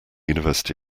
university